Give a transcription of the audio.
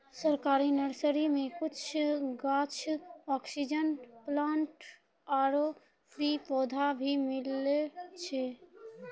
सरकारी नर्सरी मॅ कुछ गाछ, ऑक्सीजन प्लांट आरो फ्री पौधा भी मिलै छै